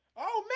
oh me.